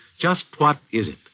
just what is